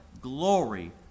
glory